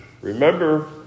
Remember